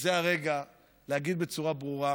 שזה הרגע להגיד בצורה ברורה,